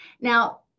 Now